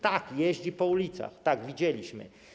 Tak, jeździ po ulicach, widzieliśmy.